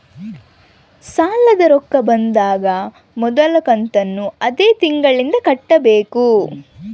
ಸಾಲದ ರೊಕ್ಕ ಬಂದಾಗ ಮೊದಲ ಕಂತನ್ನು ಅದೇ ತಿಂಗಳಿಂದ ಕಟ್ಟಬೇಕಾ?